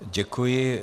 Děkuji.